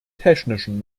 technischen